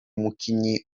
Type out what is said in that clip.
umukinyi